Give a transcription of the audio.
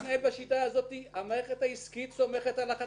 המערכת העסקית סומכת על החטיבה,